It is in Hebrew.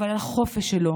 אבל על החופש שלו